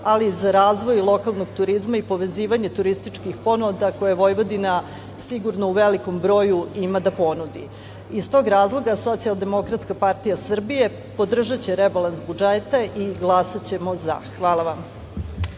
ali i za razvoj lokalnog turizma i povezivanje turističkih ponuda koje Vojvodina sigurno u velikom broju ima da ponudi. Iz tog razloga SDPS podržaće rebalans budžeta i glasaćemo za. Hvala.